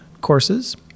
courses